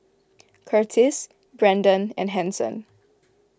Curtiss Brenden and Hanson